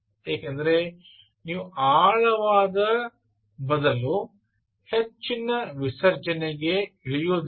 ಏಕೆಂದರೆ ನೀವು ಆಳವಾದ ಬದಲು ಹೆಚ್ಚಿನ ವಿಸರ್ಜನೆಗೆ ಇಳಿಯುವುದಿಲ್ಲ